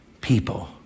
people